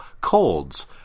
Colds